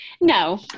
no